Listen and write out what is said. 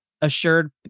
assured